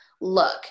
look